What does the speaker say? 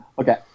Okay